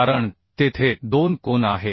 कारण तेथे 2 कोन आहेत